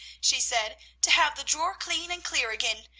she said, to have the drawer clean and clear again!